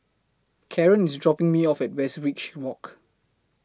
Karon IS dropping Me off At Westridge Walk